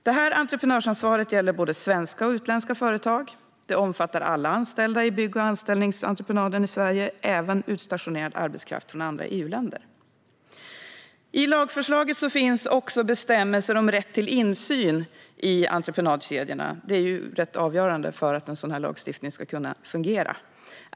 Det här entreprenörsansvaret gäller både svenska och utländska företag och omfattar alla anställda i en bygg och anställningsentreprenad i Sverige, även utstationerad arbetskraft från andra EU-länder. I lagförslaget finns också bestämmelser om rätt till insyn i entreprenadkedjorna. Det är ganska avgörande för att en sådan här lagstiftning ska fungera.